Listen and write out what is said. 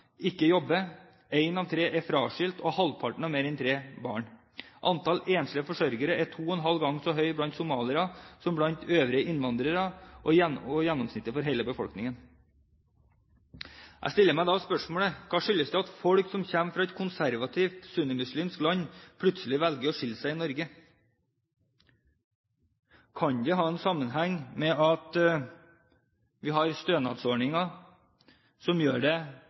ikke jobber, en av tre er fraskilt, og halvparten har mer enn tre barn. Antallet enslige forsørgere er to og en halv gang så høyt blant somaliere som blant øvrige innvandrere og gjennomsnittet for hele befolkningen. Jeg stiller meg da spørsmålet: Hva skyldes det at folk som kommer fra et konservativt sunnimuslimsk land, plutselig velger å skille seg i Norge? Kan det ha en sammenheng med at vi har stønadsordninger som gjør det